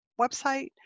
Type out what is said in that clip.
website